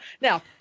Now